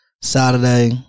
Saturday